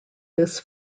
this